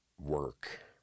work